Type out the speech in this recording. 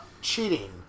cheating